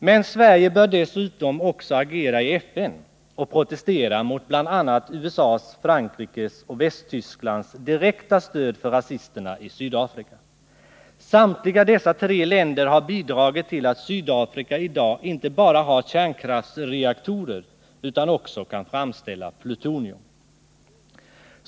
Men Sverige bör dessutom också agera i FN och protestera mot bl.a. USA:s, Frankrikes och Västtysklands direkta stöd för rasisterna i Sydafrika. Samtliga dessa tre länder har bidragit till att Sydafrika i dag inte bara har kärnkraftsreaktorer utan också kan framställa plutonium.